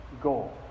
goal